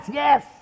yes